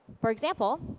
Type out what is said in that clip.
for example,